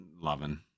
loving